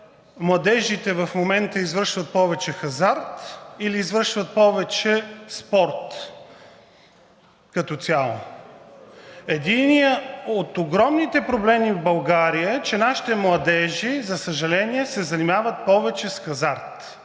младежите в момента извършват повече хазарт или извършват повече спорт като цяло? Единият от огромните проблеми в България е, че нашите младежи, за съжаление, се занимават повече с хазарт.